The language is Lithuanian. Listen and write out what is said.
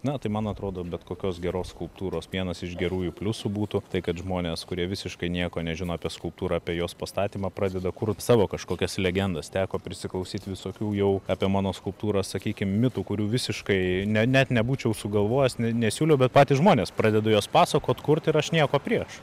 na tai man atrodo bet kokios geros skulptūros vienas iš gerųjų pliusų būtų tai kad žmonės kurie visiškai nieko nežino apie skulptūrą apie jos pastatymą pradeda kurpt savo kažkokias legendas teko prisiklausyt visokių jau apie mano skulptūras sakykim mitų kurių visiškai ne net nebūčiau sugalvojęs ne nesiūliau bet patys žmonės pradeda juos pasakot kurt ir aš nieko prieš